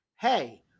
hey